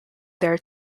there